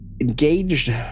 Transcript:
engaged